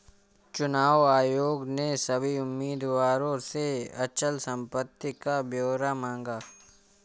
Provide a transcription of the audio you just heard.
चुनाव आयोग ने सभी उम्मीदवारों से अचल संपत्ति का ब्यौरा मांगा